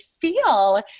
feel